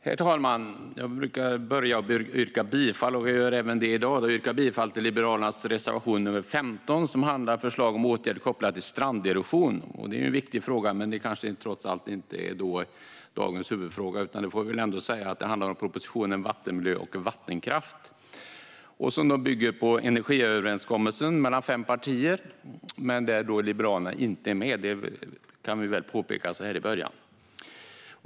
Herr talman! Jag brukar börja med att yrka bifall, och det gör jag även i dag: Jag yrkar bifall till Liberalernas reservation 15, som behandlar förslag om åtgärder kopplat till stranderosion. Det är en viktig fråga, men det är trots allt inte dagens huvudfråga. Det handlar i stället om propositionen Vattenmiljö och vattenkraft m.m. , som bygger på energiöverenskommelsen mellan fem partier där Liberalerna inte är med, något som kan påpekas så här i början.